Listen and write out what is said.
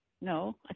No